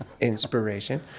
inspiration